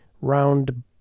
round